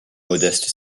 modeste